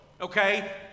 Okay